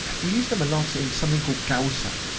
we use them a lot in something called causa.